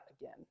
again